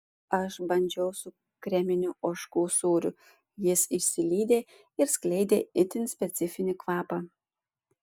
aš bandžiau su kreminiu ožkų sūriu jis išsilydė ir skleidė itin specifinį kvapą